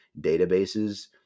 databases